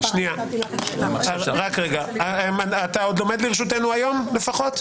אתה עוד עומד לרשותנו היום לפחות?